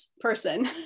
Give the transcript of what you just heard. person